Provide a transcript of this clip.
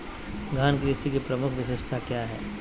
गहन कृषि की प्रमुख विशेषताएं क्या है?